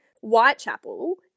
Whitechapel